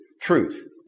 truth